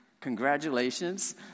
Congratulations